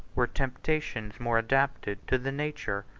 were temptations more adapted to the nature,